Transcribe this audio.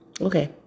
Okay